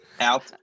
Out